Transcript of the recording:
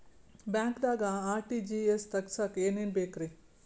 ಬ್ಯಾಂಕ್ದಾಗ ಆರ್.ಟಿ.ಜಿ.ಎಸ್ ತಗ್ಸಾಕ್ ಏನೇನ್ ಬೇಕ್ರಿ?